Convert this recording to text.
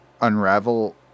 Unravel